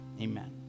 Amen